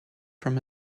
from